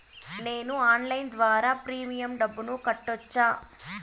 నేను ఆన్లైన్ ద్వారా ప్రీమియం డబ్బును కట్టొచ్చా?